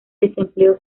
desempleo